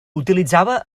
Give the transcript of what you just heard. utilitzava